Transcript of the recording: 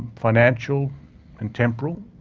financial and temporal.